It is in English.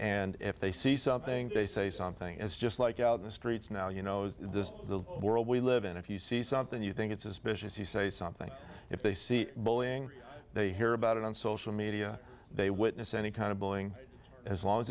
and if they see something they say something is just like out in the streets now you know this is the world we live in if you see something you think it's especially if you say something if they see bullying they hear about it on social media they witness any kind of billing as long as